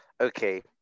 Okay